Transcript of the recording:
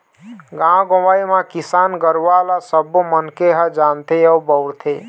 गाँव गंवई म किसान गुरूवा ल सबो मनखे ह जानथे अउ बउरथे